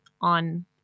on